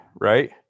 right